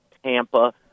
Tampa